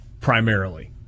primarily